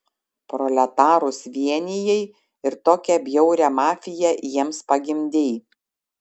proletarus vienijai ir tokią bjaurią mafiją jiems pagimdei